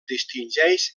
distingeix